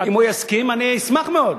אם הוא יסכים אני אשמח מאוד.